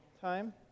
time